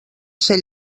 ser